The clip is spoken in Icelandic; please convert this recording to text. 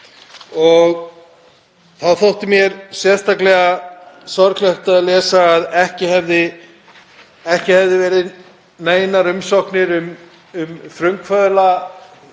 Þá þótti mér sérstaklega sorglegt að lesa að ekki hefðu verið neinar umsóknir um frumkvöðlafjármagn